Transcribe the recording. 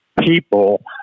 people